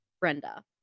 Brenda